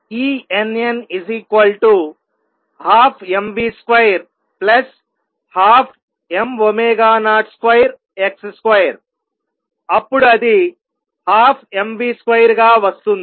Enn 12mv212m02x2 అప్పుడు అది 12mv2 గా వస్తుంది